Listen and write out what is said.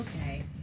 Okay